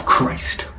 Christ